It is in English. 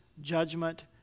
judgment